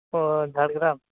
ᱚᱻ ᱡᱷᱟᱲᱜᱨᱟᱢ